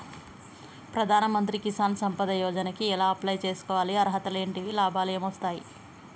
ప్రధాన మంత్రి కిసాన్ సంపద యోజన కి ఎలా అప్లయ్ చేసుకోవాలి? అర్హతలు ఏంటివి? లాభాలు ఏమొస్తాయి?